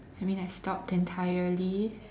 I mean I stopped entirely